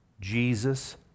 Jesus